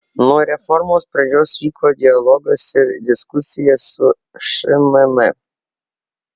nuo reformos pradžios vyko dialogas ir diskusija su šmm